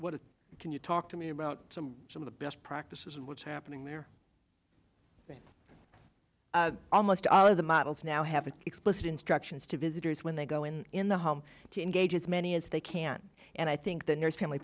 can you talk to me about some of the best practices and what's happening there almost all of the models now have an explicit instruction as to visitors when they go in in the home to engage as many as they can and i think the nurse family